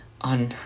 on